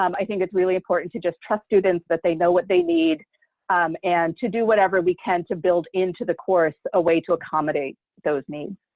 um i think it's really important to just trust students that they know what they need and to do whatever we can to build into the course a way to accommodate those needs.